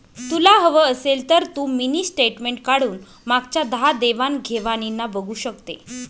तुला हवं असेल तर तू मिनी स्टेटमेंट काढून मागच्या दहा देवाण घेवाणीना बघू शकते